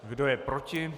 Kdo je proti?